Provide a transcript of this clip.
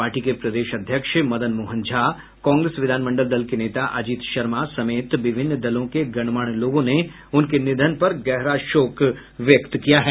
party के प्रदेश अध्यक्ष मदन मोहन झा कांग्रेस विधानमंडल दल के नेता अजीत शर्मा समेत विभिन्न दलों के गणमान्य लोगों ने उनके निधन पर गहरा शोक व्यक्त किया है